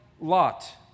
Lot